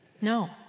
No